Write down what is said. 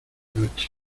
noche